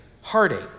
heartache